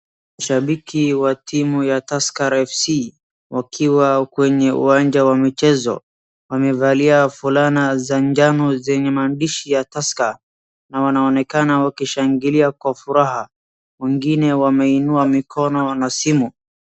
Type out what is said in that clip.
Shabiki wa timu wa TUSKER FC wakiwa kwenye uwanja wa michezo. Wamevalia fulana za jano zenye maandishi ya tusker na wanaonekana wakishangilia kwa furaha. Wengine wameinua mikono na simu.